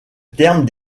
terme